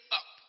up